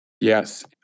Yes